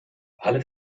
alle